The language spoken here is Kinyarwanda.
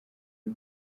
b’u